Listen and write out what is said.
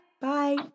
Bye